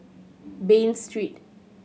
Bain Street